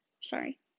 Sorry